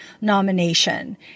nomination